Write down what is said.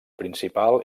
principal